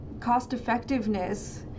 cost-effectiveness